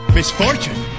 Misfortune